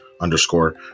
underscore